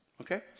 Okay